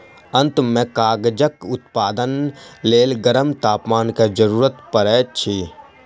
अंत में कागजक उत्पादनक लेल गरम तापमान के जरूरत पड़ैत अछि